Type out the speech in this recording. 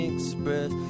Express